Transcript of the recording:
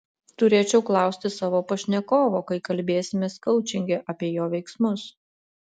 turėčiau klausti savo pašnekovo kai kalbėsimės koučinge apie jo veiksmus